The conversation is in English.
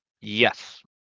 Yes